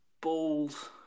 balls